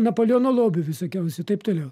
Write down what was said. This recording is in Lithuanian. napoleono lobių visokiausių taip toliau